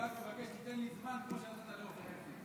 אני רק מבקש שתיתן לי זמן כמו שנתת לעופר כסיף.